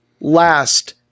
last